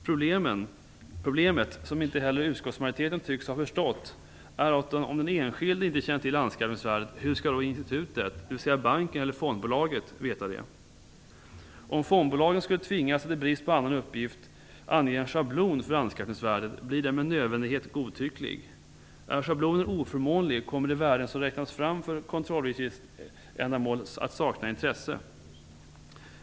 Problemet, som inte heller utskottsmajoriteten tycks ha förstått, är att om den enskilde inte känner till anskaffningsvärdet hur skall då institutet, dvs. banken eller fondbolaget göra det? Om fondbolagen skulle tvingas att i brist på annan uppgift ange en schablon för anskaffningsvärdet blir den med nödvändighet godtycklig. Är schablonen oförmånlig kommer de värden som räknats fram för kontrolluppgiftsändamål att sakna intresse.